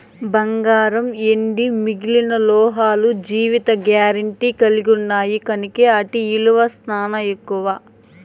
బంగారం, ఎండి మిగిలిన లోహాలు జీవిత గారెంటీ కలిగిన్నాయి కనుకే ఆటి ఇలువ సానా ఎక్కువ